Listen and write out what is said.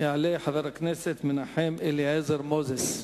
יעלה חבר הכנסת מנחם אליעזר מוזס.